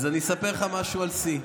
אז אספר לך משהו על שיא.